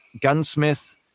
gunsmith